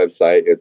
website